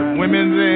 women's